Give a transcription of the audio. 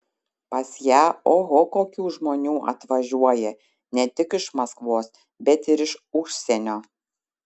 pas ją oho kokių žmonių atvažiuoja ne tik iš maskvos bet ir iš užsienio